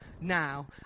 now